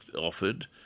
offered